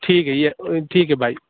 ٹھیک ہے یہ ٹھیک ہے بھائی